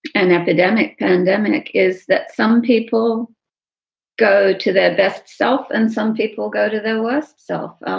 an epidemic pandemic is that some people go to their best self. and some people go to their worst self